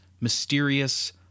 mysterious